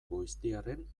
goiztiarren